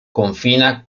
confina